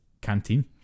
canteen